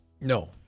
No